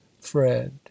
Fred